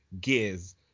Gears